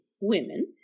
women